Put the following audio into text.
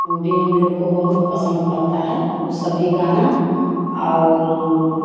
वह भी हम लोग को बहुत पसंद पड़ता है ओ सभी गाना और